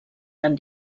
tan